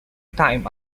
time